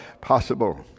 possible